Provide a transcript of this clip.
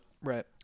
Right